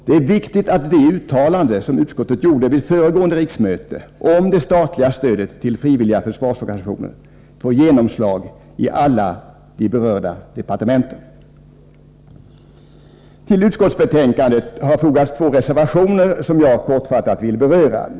Det är viktigt att det uttalande som utskottet gjorde vid föregående riksmöte om det statliga stödet till frivilliga försvarsorganisationer får genomslag i alla berörda departement. Till utskottsbetänkandet har fogats två reservationer, som jag kortfattat vill beröra.